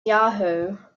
yahoo